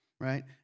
right